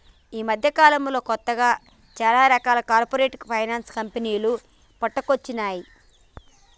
యీ మద్దెకాలంలో కొత్తగా చానా రకాల కార్పొరేట్ ఫైనాన్స్ కంపెనీలు పుట్టుకొచ్చినై